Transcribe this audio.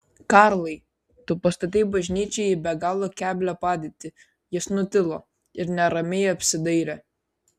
karlai tu pastatei bažnyčią į be galo keblią padėtį jis nutilo ir neramiai apsidairė